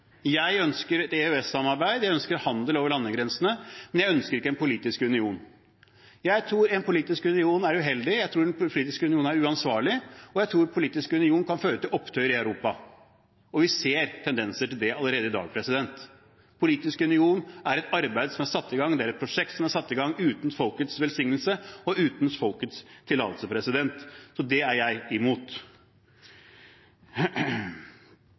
Jeg ønsker et EØS-samarbeid, jeg ønsker handel over landegrensene, men jeg ønsker ikke en politisk union. Jeg tror en politisk union er uheldig, jeg tror en politisk union er uansvarlig, og jeg tror en politisk union kan føre til opptøyer i Europa. Vi ser tendenser til det allerede i dag. Politisk union er et arbeid som er satt i gang, det er et prosjekt som er satt i gang uten folkets velsignelse og uten folkets tillatelse. Det er jeg imot.